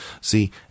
See